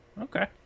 Okay